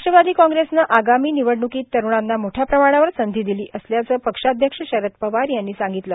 राष्ट्रवादी कॅप्रिसन आगामी निवडणुकीत तरूणांना मोठ्या प्रमाणावर संथी दिली असल्याचं पक्षाध्यक्ष शरद पवार यांनी संगितलं